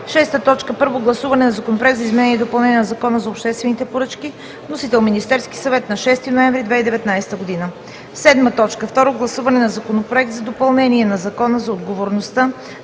2019 г. 6. Първо гласуване на Законопроекта за изменение и допълнение на Закона за обществените поръчки. Вносител е Министерският съвет, 6 ноември 2019 г. 7. Второ гласуване на Законопроекта за допълнение на Закона за отговорността